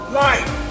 life